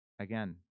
again